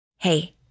Hey